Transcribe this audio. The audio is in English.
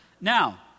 Now